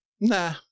nah